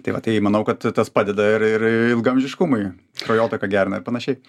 tai va tai manau kad tas padeda ir ir ilgaamžiškumui kraujotaką gerina ir panašiai